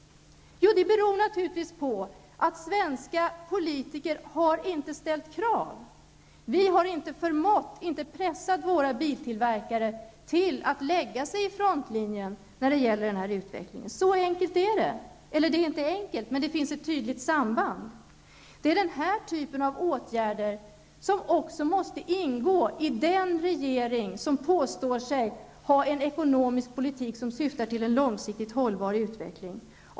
Det beror naturligtvis på att svenska politiker inte har ställt krav. Vi har inte förmått att pressa våra biltillverkare till att gå i täten när det gäller den här utvecklingen. Så enkelt är det. Och även om det inte är enkelt så finns ett tydligt samband. Det är den här typen av åtgärder som också måste ingå i den regering som påstår sig föra en ekonomisk politik som syftar till en långsiktigt hållbar utveckling.